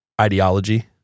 ideology